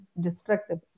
destructive